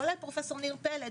כולל פרופ' ניר פלג,